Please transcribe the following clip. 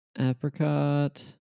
Apricot